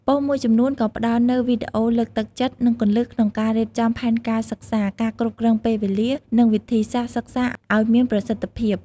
ប៉ុស្តិ៍មួយចំនួនក៏ផ្ដល់នូវ វីដេអូលើកទឹកចិត្ត និងគន្លឹះក្នុងការរៀបចំផែនការសិក្សា ការគ្រប់គ្រងពេលវេលា និងវិធីសាស្រ្តសិក្សាឲ្យមានប្រសិទ្ធភាព។